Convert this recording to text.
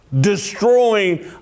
destroying